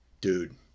dude